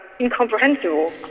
incomprehensible